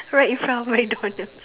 right in front of MacDonalds